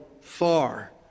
far